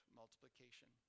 multiplication